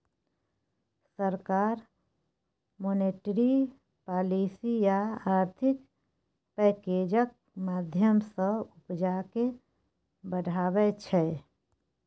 सरकार monetary policy आ आर्थिक पैकैजक माध्यमँ सँ उपजा केँ बढ़ाबै छै